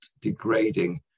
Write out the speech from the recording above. degrading